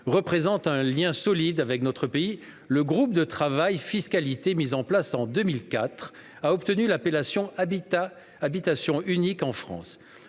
représente un lien solide avec notre pays, le groupe de travail " fiscalité ", mis en place en novembre 2004, a obtenu l'appellation " habitation unique en France ".